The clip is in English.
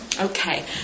Okay